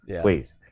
please